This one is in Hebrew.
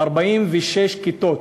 46 כיתות.